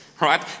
right